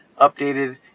updated